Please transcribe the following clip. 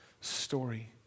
story